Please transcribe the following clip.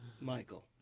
Michael